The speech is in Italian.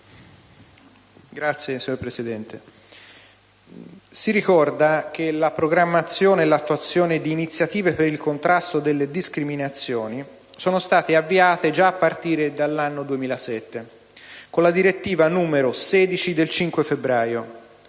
Signora Presidente, si ricorda che la programmazione e l'attuazione di iniziative per il contrasto alle discriminazioni sono state avviate già a partire dal 2007, con la direttiva n. 16 del 5 febbraio,